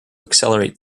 accelerate